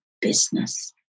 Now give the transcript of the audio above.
business